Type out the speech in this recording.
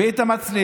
ואם אתה מצליח,